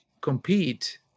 compete